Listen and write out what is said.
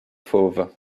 fauve